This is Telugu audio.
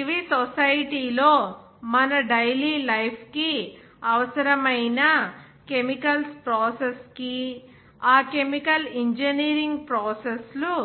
ఇవి సొసైటీ లో మన డైలీ లైఫ్ కి అవసరమైన కెమికల్స్ ప్రాసెస్ కి ఆ కెమికల్ ఇంజనీరింగ్ ప్రాసెస్ లు